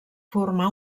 formar